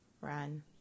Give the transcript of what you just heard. Run